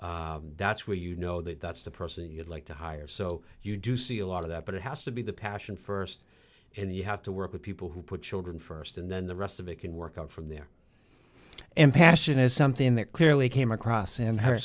that's where you know that that's the person you'd like to hire so you do see a lot of that but it has to be the passion st and you have to work with people who put children st and then the rest of it can work out from there and passion is something that clearly came across in her